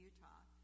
Utah